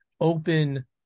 open